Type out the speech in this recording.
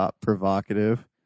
provocative